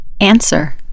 Answer